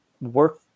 work